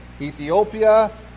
Ethiopia